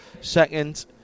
second